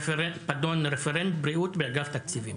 רפרנט בריאות באגף תקציבים.